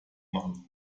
machen